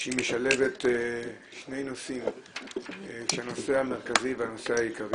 היא משלבת שני נושאים כשהנושא המרכזי והנושא העיקרי